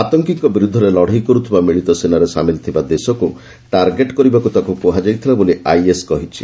ଆତଙ୍କୀଙ୍କ ବିରୁଦ୍ଧରେ ଲଢ଼େଇ କରୁଥିବା ମିଳିତ ସେନାରେ ସାମିଲ ଥିବା ଦେଶକୁ ଟାର୍ଗେଟ୍ କରିବାକୁ ତାକୁ କୁହାଯାଇଥିଲା ବୋଲି ଆଇଏସ୍ କହିଛି